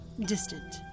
Distant